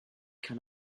can